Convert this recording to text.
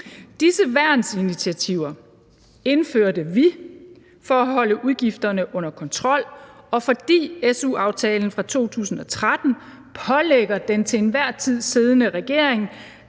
Disse værnsinitiativer indførte vi for at holde udgifterne under kontrol, og fordi su-aftalen fra 2013 pålægger den til enhver tid siddende regering